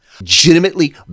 Legitimately